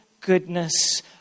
goodness